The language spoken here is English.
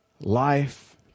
Life